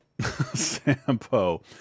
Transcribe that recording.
Sampo